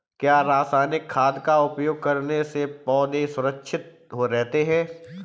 क्या रसायनिक खाद का उपयोग करने से पौधे सुरक्षित रहते हैं?